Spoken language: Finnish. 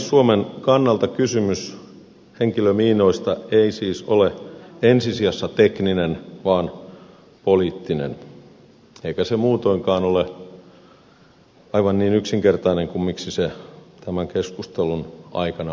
suomen kannalta kysymys henkilömiinoista ei siis ole ensi sijassa tekninen vaan poliittinen eikä se muutoinkaan ole aivan niin yksinkertainen kuin miksi se tämän keskustelun aikana on kuvattu